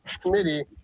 committee